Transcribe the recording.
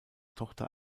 tochter